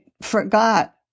forgot